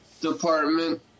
department